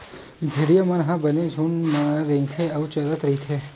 भेड़िया मन ह बने झूंड म रेंगथे अउ चरत रहिथे